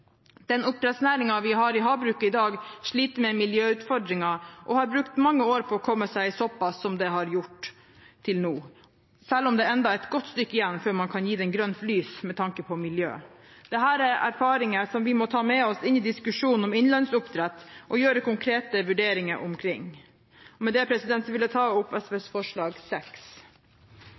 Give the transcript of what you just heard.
Den oppdrettsnæringen vi har i havbruket i dag, sliter med miljøutfordringer og har brukt mange år på å komme seg såpass som den har gjort til nå – selv om det ennå er et godt stykke igjen før man kan gi den grønt lys med tanke på miljø. Dette er erfaringer vi må ta med oss inn i diskusjonen om innlandsoppdrett og gjøre konkrete vurderinger omkring. Med det vil jeg ta opp SVs forslag,